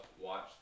watch